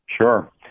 Sure